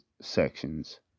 sections